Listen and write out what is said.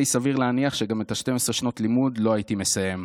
די סביר להניח שגם את 12 שנות הלימוד לא הייתי מסיים.